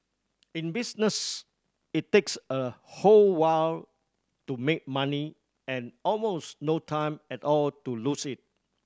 in business it takes a whole while to make money and almost no time at all to lose it